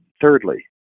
thirdly